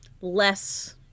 less